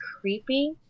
creepy